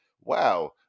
wow